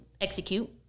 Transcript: execute